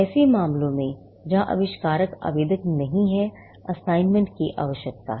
ऐसे मामलों में जहां आविष्कारक आवेदक नहीं है असाइनमेंट की आवश्यकता है